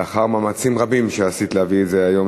לאחר מאמצים רבים שעשית להביא את זה היום